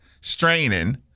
straining